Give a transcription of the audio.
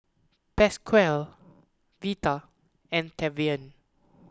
Pasquale Vita and Tavian